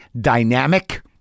dynamic